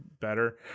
better